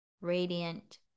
radiant